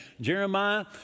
Jeremiah